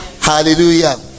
hallelujah